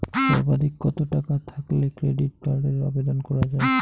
সর্বাধিক কত টাকা থাকলে ক্রেডিট কার্ডের আবেদন করা য়ায়?